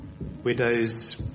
Widows